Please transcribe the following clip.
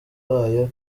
wayo